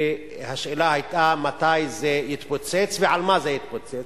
והשאלה היתה מתי זה יתפוצץ ועל מה זה יתפוצץ.